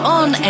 on